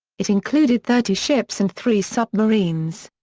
it included thirty ships and three submarines.